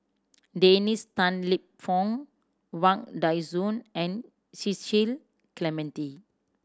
Dennis Tan Lip Fong Wang Dayuan and Cecil Clementi